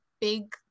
big